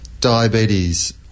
diabetes